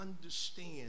understand